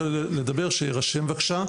ליעד, סטודנט להנדסה מבן גוריון, בבקשה.